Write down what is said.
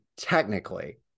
technically